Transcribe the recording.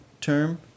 term